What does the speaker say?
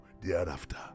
thereafter